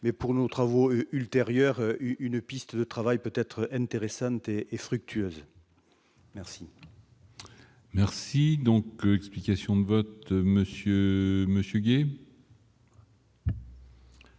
mais pour nos travaux ultérieurs, une piste de travail peut-être intéressante et fructueuse. Merci donc, explications de vote Monsieur